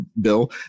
bill